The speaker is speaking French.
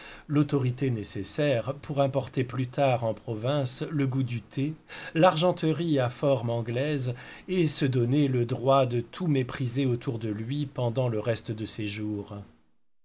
l'autorité nécessaire pour importer plus tard en province le goût du thé l'argenterie à forme anglaise et se donner le droit de tout mépriser autour de lui pendant le reste de ses jours